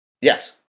Yes